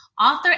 author